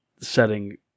setting